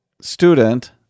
student